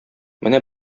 менә